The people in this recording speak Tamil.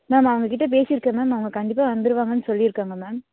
மேம் அவங்கக்கிட்ட பேசியிருக்கேன் மேம் அவங்க கண்டிப்பாக வந்துடுவாங்கன்னு சொல்லியிருக்காங்க மேம்